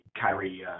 Kyrie